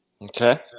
Okay